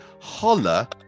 holla